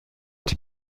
die